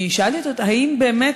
אני שאלתי אותו: האם, באמת,